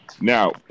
Now